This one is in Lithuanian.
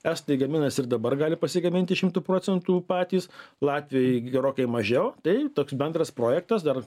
estai gaminasi ir dabar gali pasigaminti šimtu procentų patys latviai gerokai mažiau tai toks bendras projektas dar